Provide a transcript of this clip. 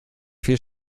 vier